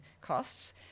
costs